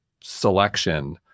selection